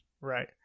Right